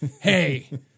hey